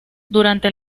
durante